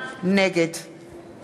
נגד